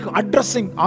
addressing